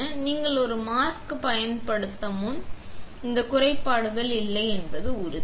எனவே நீங்கள் ஒரு மாஸ்க் பயன்படுத்த முன் இந்த வகையான குறைபாடுகள் இல்லை என்று உறுதி